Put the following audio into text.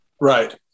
Right